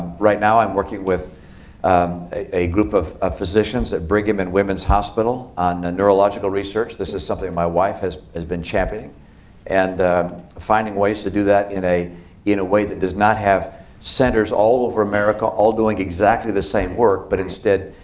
right now, i'm working with a group of ah physicians at brigham and women's hospital on neurological research this is something my wife has has been championing and finding ways to do that in a in a way that does not have centers all over america all doing exactly the same work. but instead,